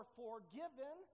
forgiven